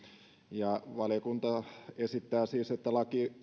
valiokunta esittää siis että